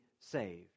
saved